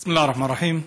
בסם אללה א-רחמאן א-רחים.